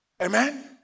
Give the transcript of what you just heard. Amen